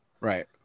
right